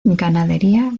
ganadería